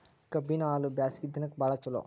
ಕಬ್ಬಿನ ಹಾಲು ಬ್ಯಾಸ್ಗಿ ದಿನಕ ಬಾಳ ಚಲೋ